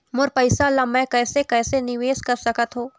मोर पैसा ला मैं कैसे कैसे निवेश कर सकत हो?